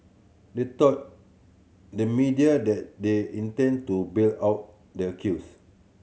they told the media that they intend to bail out the accused